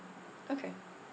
okay